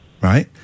right